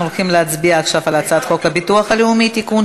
אנחנו הולכים להצביע עכשיו על הצעת חוק הביטוח הלאומי (תיקון,